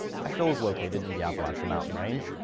asheville is located in the appalachian mountain range,